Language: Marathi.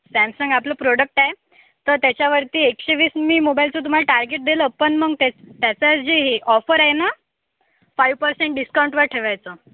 सॅमसंग आपलं प्रोडक्ट आहे तर त्याच्यावरती एकशे वीस मी मोबाईलचं तुम्हाला टार्गेट दिलं पण मग त्या त्याचं जे हे ऑफर आहे ना फाईव्ह पर्सेंट डिस्काउंटवर ठेवायचं